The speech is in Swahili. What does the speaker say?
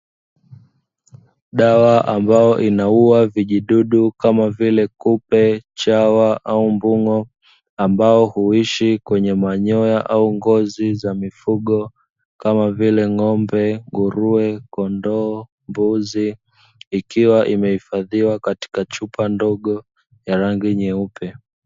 Dawa ambayo inaua vijidudu kama vile: kupe, chawa au mbung'o, ambao huishi kwenye manyoya au ngozi za mifugo, kama vile: ng'ombe, nguruwe, kondoo, mbuzi, ikiwa imehifadhiwa katika chupa ndogo ya rangi nyeupe.